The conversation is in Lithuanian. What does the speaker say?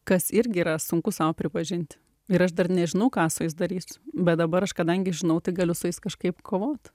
kas irgi yra sunku sau pripažinti ir aš dar nežinau ką su jais darysiu bet dabar aš kadangi žinau tai galiu su jais kažkaip kovot